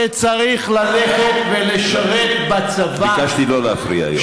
שצריך ללכת ולשרת בצבא, ביקשתי שלא להפריע היום.